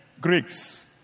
Greeks